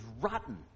rotten